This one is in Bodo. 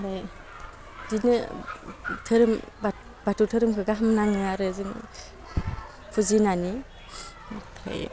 ओमफ्राय बिदिनो दोहोरोम बाथौ दोहोरोमखौ गाहाम नाङो आरो जों फुजिनानै ओमफ्राय